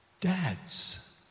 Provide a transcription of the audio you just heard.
Dads